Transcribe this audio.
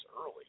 early